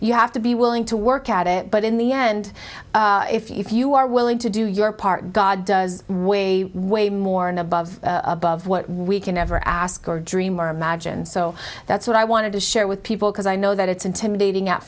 you have to be willing to work at it but in the end if you are willing to do your part god does way way more and above above what we can ever ask or dream or imagine so that's what i wanted to share with people because i know that it's intimidating at